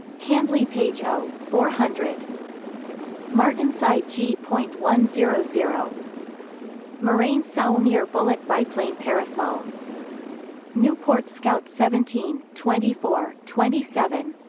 handley page o four hundred martinsyde g point one zero zero morane-saulnier bullet biplane parasol nieuport scout seventeen, twenty four, twenty seven